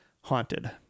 haunted